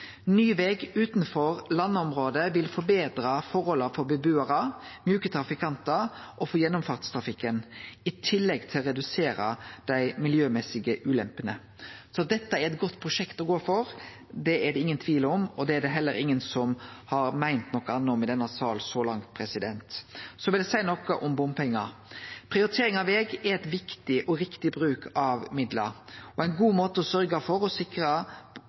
Ny veg utanfor Lannaområdet vil forbetre forholda for bebuarar, for mjuke trafikantar og for gjennomfartstrafikken, i tillegg til å redusere dei miljømessige ulempene. Så at dette er eit godt prosjekt å gå for, er det ingen tvil om, og det er heller ingen som har meint noko anna i denne salen så langt. Så vil eg seie noko om bompengar. Prioritering av veg er viktig og riktig bruk av midlar og ein god måte å sørgje for å